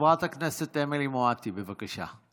חברת הכנסת אמילי מואטי, בבקשה.